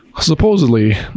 Supposedly